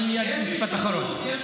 אני מייד מסיים, משפט אחרון.